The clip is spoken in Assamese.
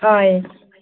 হয়